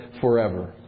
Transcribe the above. forever